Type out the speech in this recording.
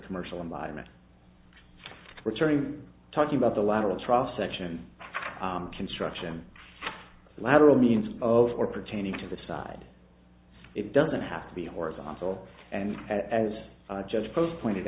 commercial environment returning to talking about the lateral trial section construction of lateral means of or pertaining to the side it doesn't have to be horizontal and as judge post pointed